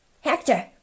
Hector